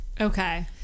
Okay